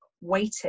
waiting